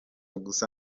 gusa